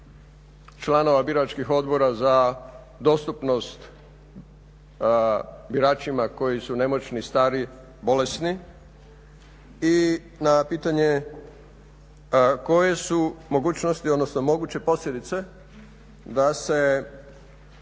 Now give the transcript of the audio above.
članova biračkih odbora za dostupnost biračima koji su nemoćni, stari, bolesni i na pitanje koje su mogućnosti, odnosno